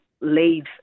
leave